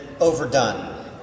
overdone